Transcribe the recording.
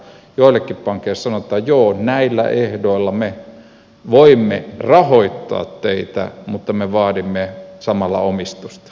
joillekin pankeista sanotaan joo näillä ehdoilla me voimme rahoittaa teitä mutta me vaadimme samalla omistusta